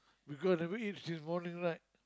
because never eat since morning right